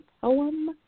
poem